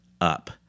up